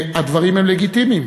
והדברים הם לגיטימיים.